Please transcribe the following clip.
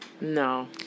No